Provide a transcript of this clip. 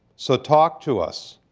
so talk to us.